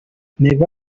never